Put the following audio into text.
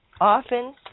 often